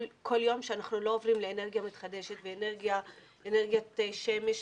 כל יום שאנחנו לא עוברים לאנרגיה מתחדשת ולאנרגיית שמש,